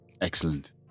Excellent